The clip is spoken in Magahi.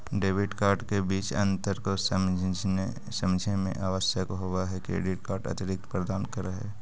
डेबिट कार्ड के बीच अंतर को समझे मे आवश्यक होव है क्रेडिट कार्ड अतिरिक्त प्रदान कर है?